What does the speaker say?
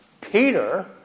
Peter